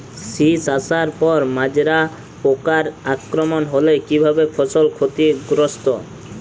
শীষ আসার পর মাজরা পোকার আক্রমণ হলে কী ভাবে ফসল ক্ষতিগ্রস্ত?